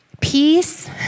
Peace